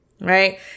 right